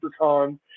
Supercon